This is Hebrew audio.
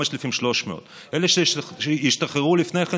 5,300. אלה שהשתחררו לפני כן,